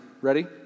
Ready